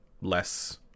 less